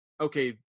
okay